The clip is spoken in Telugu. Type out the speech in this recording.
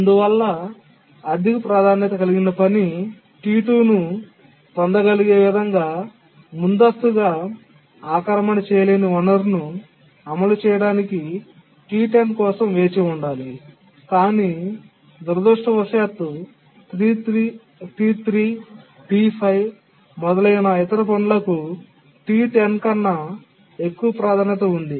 అందువల్ల అధిక ప్రాధాన్యత కలిగిన పని T2 ను పొందగలిగే విధంగా ముందస్తుగా ఆక్రమణ చేయలేని వనరును అమలు చేయడానికి T10 కోసం వేచి ఉండాలి కానీ దురదృష్టవశాత్తు T3 T5 మొదలైన ఇతర పనులకు T10 కన్నా ఎక్కువ ప్రాధాన్యత ఉంది